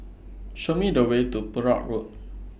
Show Me The Way to Perak Road